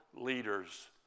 leaders